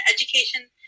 education